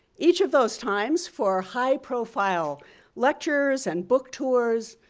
each of those times for high profile lectures and book tours,